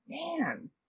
man